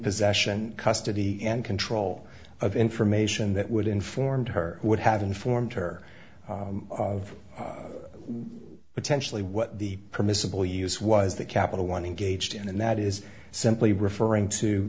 possession custody and control of information that would informed her would have informed her of potentially what the permissible use was the capital one engaged in and that is simply referring to